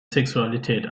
sexualität